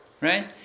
right